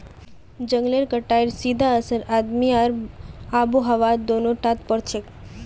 जंगलेर कटाईर सीधा असर आदमी आर आबोहवात दोनों टात पोरछेक